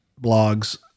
blogs